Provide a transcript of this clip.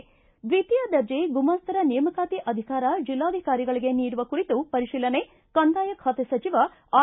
ಿ ದ್ನಿತೀಯ ದರ್ಜೆ ಗುಮಾಸ್ತರ ನೇಮಕಾತಿ ಅಧಿಕಾರ ಜಿಲ್ಲಾಧಿಕಾರಿಗಳಿಗೆ ನೀಡುವ ಕುರಿತು ಪರಿಶೀಲನೆ ಕಂದಾಯ ಖಾತೆ ಸಚಿವ ಆರ್